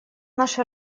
наша